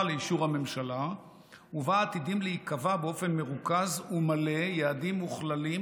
לאישור הממשלה ובה עתידים להיקבע באופן מרוכז ומלא יעדים וכללים